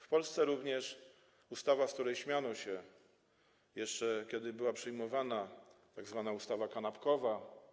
W Polsce funkcjonuje również ustawa, z której śmiano się, jeszcze kiedy była przyjmowana, tzw. ustawa kanapkowa.